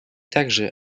также